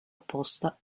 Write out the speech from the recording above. opposta